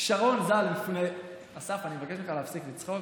שרון ז"ל, לפני, אסף, אני מבקש ממך להפסיק לצחוק,